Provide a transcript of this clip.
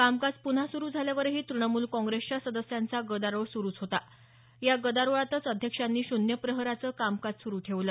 कामकाज पुन्हा सुरू झाल्यावरही तुणमूल काँग्रेसच्या सदस्यांचा गदारोळ सुरुच होता या गदारोळातच अध्यक्षांनी शून्य प्रहराचं कामकाज सुरू ठेवलं